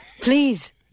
Please